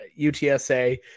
UTSA